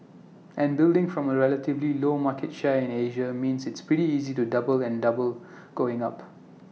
and building from A relatively low market share in Asia means it's pretty easy to double and double going up